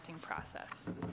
process